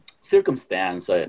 circumstance